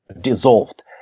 dissolved